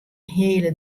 hele